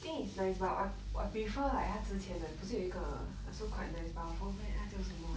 think it's but I 我 I prefer like 他之前的不是有一个 also quite nice but I forget 她叫什么 eh